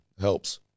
helps